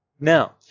Now